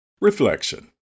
Reflection